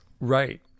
Right